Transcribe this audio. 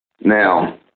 Now